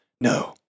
no